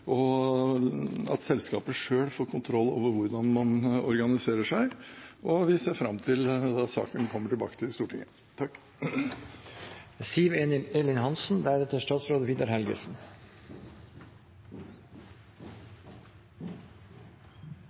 at selskapet selv får kontroll over hvordan man organiserer seg. Og vi ser fram til at saken kommer tilbake til Stortinget.